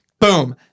Boom